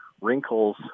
wrinkles